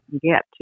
get